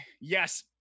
yes